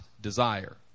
desire